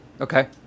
Okay